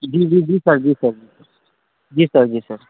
जी जी जी सर जी सर जी सर